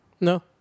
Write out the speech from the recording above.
No